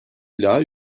ila